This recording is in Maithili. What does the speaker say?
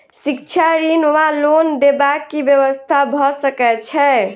शिक्षा ऋण वा लोन देबाक की व्यवस्था भऽ सकै छै?